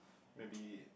maybe